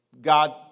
God